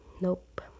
Nope